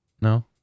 No